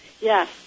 yes